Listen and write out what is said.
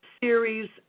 series